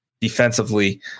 defensively